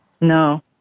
No